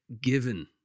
given